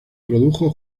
produjo